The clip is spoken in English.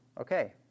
Okay